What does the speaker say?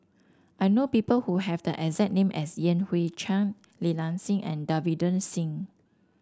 I know people who have the exact name as Yan Hui Chang Li Nanxing and Davinder Singh